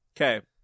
Okay